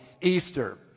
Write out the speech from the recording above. Easter